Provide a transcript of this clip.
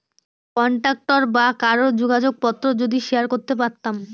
contact বা কারোর যোগাযোগ পত্র যদি শেয়ার করতে পারতাম